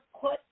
put